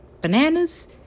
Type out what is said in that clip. bananas